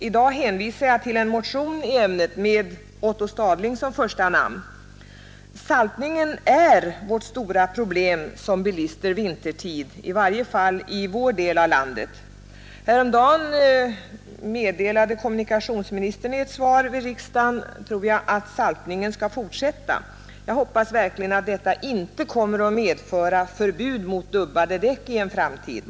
I dag hänvisar jag till en motion i ämnet med Otto Stadling som första namn. Saltningen är ett stort problem för bilisterna vintertid, i varje fall i vår del av landet. Häromdagen meddelade kommunikationsministern — i ett svar i riksdagen — att saltningen skall fortsätta. Jag hoppas verkligen att detta inte kommer att medföra förbud mot dubbade däck i en framtid.